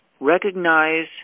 Recognize